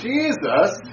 Jesus